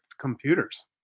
computers